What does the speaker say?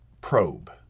probe